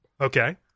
Okay